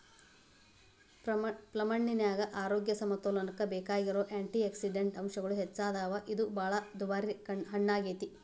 ಪ್ಲಮ್ಹಣ್ಣಿನ್ಯಾಗ ಆರೋಗ್ಯ ಸಮತೋಲನಕ್ಕ ಬೇಕಾಗಿರೋ ಆ್ಯಂಟಿಯಾಕ್ಸಿಡಂಟ್ ಅಂಶಗಳು ಹೆಚ್ಚದಾವ, ಇದು ಬಾಳ ದುಬಾರಿ ಹಣ್ಣಾಗೇತಿ